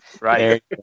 Right